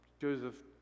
joseph